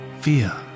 fear